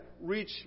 reach